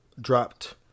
dropped